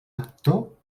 actor